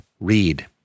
read